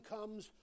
comes